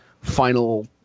final